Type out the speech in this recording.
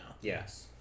Yes